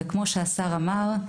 וכמו שהשר אמר,